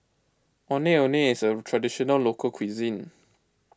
Ondeh Ondeh is a Traditional Local Cuisine